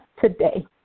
today